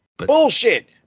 Bullshit